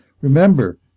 Remember